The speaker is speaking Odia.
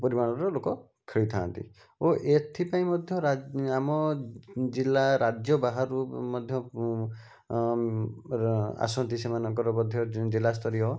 ପରିମାଣର ଲୋକ ଖେଳିଥାନ୍ତି ଓ ଏଥିପାଇଁ ମଧ୍ୟ ଆମ ଜିଲ୍ଲା ରାଜ୍ୟ ବାହାରୁ ମଧ୍ୟ ଆସନ୍ତି ସେମାନଙ୍କର ମଧ୍ୟ ଜିଲ୍ଲାସ୍ତରୀୟ